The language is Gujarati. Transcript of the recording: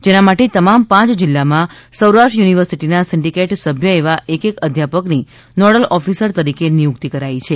જેના માટે તમામ પાંચ જિલ્લામાં સૌરાષ્ટ્ર યુનિવર્સિટીના સિન્ડીકેટ સભ્ય એવા એક એક અધ્યાપકની નોડલ ઓફિસર તરીકે નિયુક્તિ કરાઇ છે